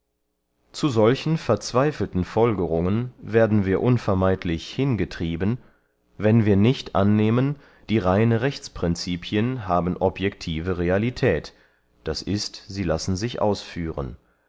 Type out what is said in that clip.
zu solchen verzweifelten folgerungen werden wir unvermeidlich hingetrieben wenn wir nicht annehmen die reine rechtsprincipien haben objective realität d i sie lassen sich ausführen